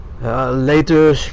Later